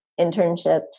internships